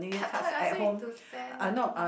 I thought you ask me to send only